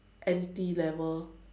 N_T level